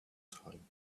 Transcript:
time